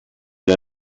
der